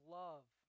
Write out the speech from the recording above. love